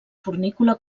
fornícula